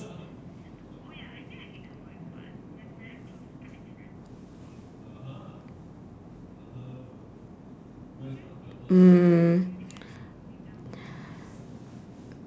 mm